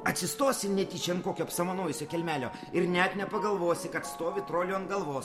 atsistosi netyčia ant kokio apsamanojusio kelmelio ir net nepagalvosi kad stovi troliui ant galvos